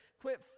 Quit